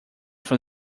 from